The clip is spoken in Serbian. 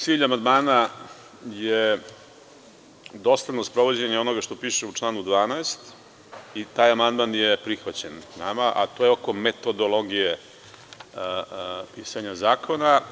Cilj amandmana je dosledno sprovođenje onoga što piše u članu 12. i taj amandman je prihvaćen, a to je oko metodologije pisanja zakona.